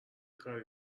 کاری